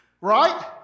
Right